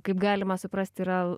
kaip galima suprasti yra